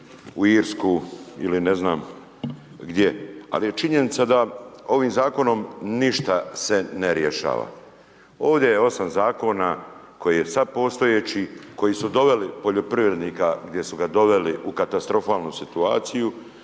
u Irsku ili ne znam gdje. Ali je činjenica da ovim zakonom ništa se ne rješava. Ovdje je 8 zakona koji je sad postojeći, koji su doveli poljoprivrednika gdje su ga doveli u katastrofalnu situaciju,